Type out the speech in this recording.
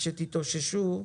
כשתתאוששו,